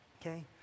okay